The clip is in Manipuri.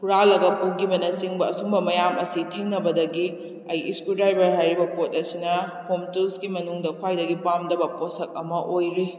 ꯍꯨꯔꯥꯜꯂꯒ ꯄꯨꯈꯤꯕꯅ ꯆꯤꯡꯕ ꯑꯁꯤꯒꯨꯝꯕ ꯃꯌꯥꯝ ꯑꯁꯤ ꯊꯦꯡꯅꯕꯗꯒꯤ ꯑꯩ ꯏꯁꯀ꯭ꯔꯨ ꯗ꯭ꯔꯥꯏꯕꯔ ꯍꯥꯏꯔꯤꯕ ꯄꯣꯠ ꯑꯁꯤꯅ ꯍꯣꯝ ꯇꯨꯜꯁꯀꯤ ꯃꯅꯨꯡꯗ ꯈ꯭ꯋꯥꯏꯗꯒꯤ ꯄꯥꯝꯗꯕ ꯄꯣꯠꯁꯛ ꯑꯃ ꯑꯣꯏꯔꯤ